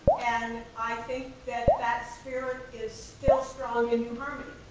and i think that that spirit is still strong in new harmony.